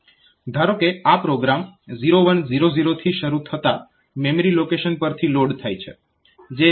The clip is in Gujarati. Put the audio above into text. ધારો કે આ પ્રોગ્રામ 01000 થી શરૂ થતા મેમરી લોકેશન પરથી લોડ થાય છે